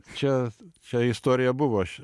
čia čia istoriją buvo š